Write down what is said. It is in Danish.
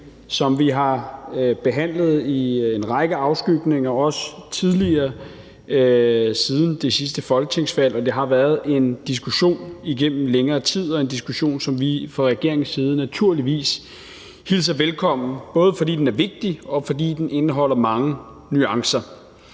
som vi har behandlet i en række afskygninger siden det sidste folketingsvalg, og det har været en diskussion igennem længere tid – en diskussion, som vi fra regeringens side naturligvis hilser velkommen. Det gør vi, både fordi den er vigtig, og fordi den indeholder mange nuancer.